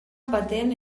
patent